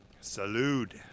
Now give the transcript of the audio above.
Salute